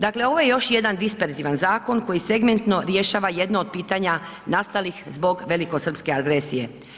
Dakle, ovo je još jedan disperzivan zakon koji segmentno rješava jedno od pitanja nastalih zbog velikosrpske agresije.